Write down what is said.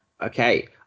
Okay